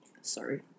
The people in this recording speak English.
Sorry